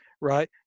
right